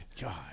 God